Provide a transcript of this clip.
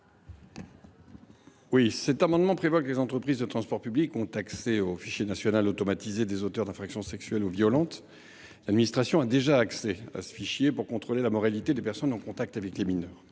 ? Cet amendement a pour objet d’accorder aux entreprises de transport public un accès au fichier judiciaire national automatisé des auteurs d’infractions sexuelles ou violentes. L’administration a déjà accès à ce fichier pour contrôler la moralité des personnes en contact avec les mineurs.